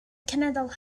cenedl